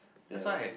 ya